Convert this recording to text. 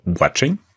watching